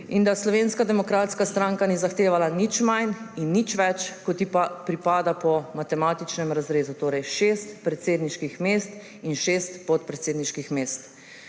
in da Slovenska demokratska stranka ni zahtevala nič manj in nič več, kot ji pripada po matematičnem razrezu, torej šest predsedniških mest in šest podpredsedniških mest.